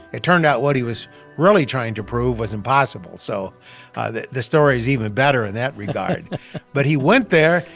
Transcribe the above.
it turned out what he was really trying to prove was impossible, so the story is even better in that regard but he went there.